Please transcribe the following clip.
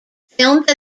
filmed